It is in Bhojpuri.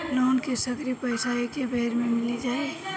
लोन के सगरी पइसा एके बेर में मिल जाई?